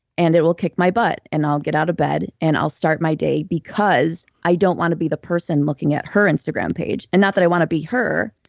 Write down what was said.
and it will kick my butt. and i'll get out of bed, and i'll start my day because i don't want to be the person looking at her instagram page. and not that i want to be her,